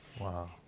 Wow